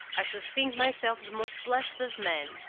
i should think myself the most blessed of men.